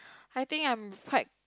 I think I'm quite